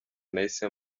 nahise